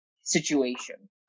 situation